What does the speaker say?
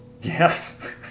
Yes